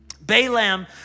Balaam